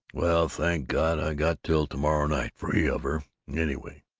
well, thank god, i got till to-morrow night free of her, anyway.